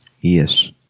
Yes